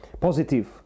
positive